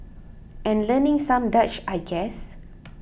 and learning some Dutch I guess